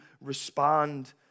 respond